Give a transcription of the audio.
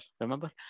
remember